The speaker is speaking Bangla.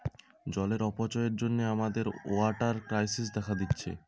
জলের অপচয়ের জন্যে আমাদের ওয়াটার ক্রাইসিস দেখা দিচ্ছে